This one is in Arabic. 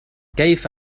كيف